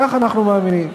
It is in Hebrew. כך אנחנו מאמינים.